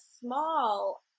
small